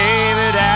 David